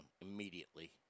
immediately